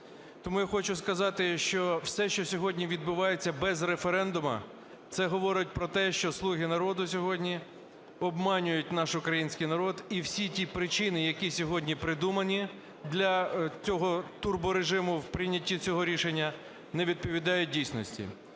Тому я хочу сказати, що все, що сьогодні відбувається без референдуму, це говорить про те, що "слуги народу" сьогодні обманюють наш український народ, і всі ті причини, які сьогодні придумані для цього турборежиму в прийнятті цього рішення, не відповідають дійсності.